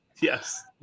Yes